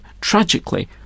tragically